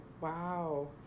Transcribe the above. Wow